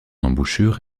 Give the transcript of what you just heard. embouchure